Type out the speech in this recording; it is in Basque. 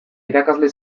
irakasle